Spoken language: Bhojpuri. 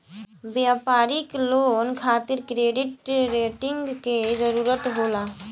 व्यापारिक लोन खातिर क्रेडिट रेटिंग के जरूरत होला